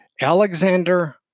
Alexander